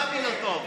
עם רבין לא טוב.